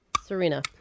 Serena